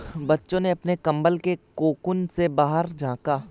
बच्चे ने अपने कंबल के कोकून से बाहर झाँका